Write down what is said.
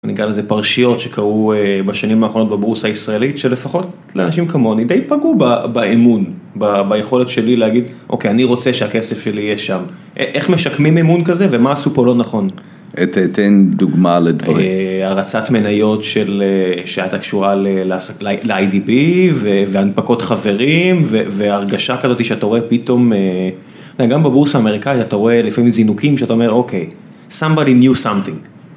אני אקרא לזה פרשיות שקרו בשנים האחרונות בבורסה הישראלית, שלפחות לאנשים כמוני די פגעו באמון, ביכולת שלי להגיד, אוקיי, אני רוצה שהכסף שלי יהיה שם. איך משקמים אמון כזה ומה עשו פה לא נכון? תן דוגמא לדברים. הרצת מניות שהיתה קשורה ל-IDB, והנפקות חברים, והרגשה כזאת שאתה רואה פתאום... גם בבורסה האמריקאית אתה רואה לפעמים זינוקים שאתה אומר, אוקיי, somebody knew something